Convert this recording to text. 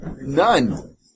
None